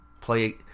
play